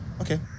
Okay